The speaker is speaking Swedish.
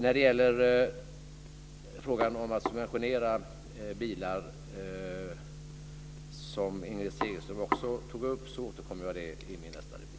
När det gäller frågan om att subventionera bilar, som Inger Segelström också tog upp, återkommer jag i nästa inlägg.